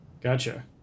Gotcha